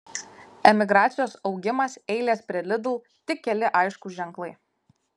emigracijos augimas eilės prie lidl tik keli aiškūs ženklai